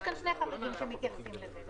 יש כאן שני חריגים שמתייחסים לזה.